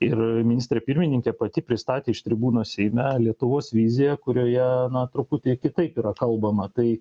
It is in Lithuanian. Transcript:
ir ministrė pirmininkė pati pristatė iš tribūnos seime lietuvos viziją kurioje na truputį kitaip yra kalbama tai